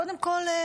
קודם כול,